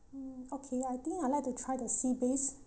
mm okay I think I'd like to try the sea bass